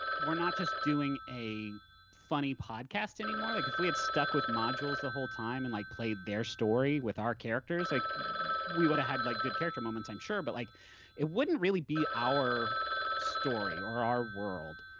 we're not just doing a funny podcast anymore. like, if we had stuck with modules the whole time and like played their story with our characters, like we would have had like good character moments, i'm sure, but like it wouldn't really be our story or our world.